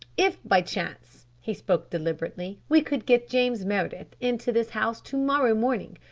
if by chance, he spoke deliberately, we could get james meredith into this house to-morrow morning,